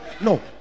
no